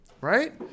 right